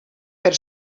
per